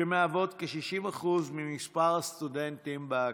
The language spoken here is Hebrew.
שהן כ-60% ממספר הסטודנטים באקדמיה.